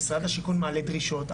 משרד השיכון מעלה דרישות,